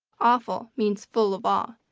awful, means full of awe.